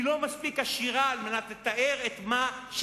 היא לא מספיק עשירה על מנת לתאר את מה שיקרה.